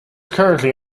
currently